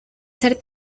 ser